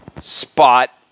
spot